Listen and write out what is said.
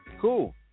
cool